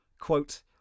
quote